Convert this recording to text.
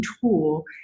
tool